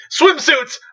Swimsuits